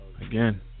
Again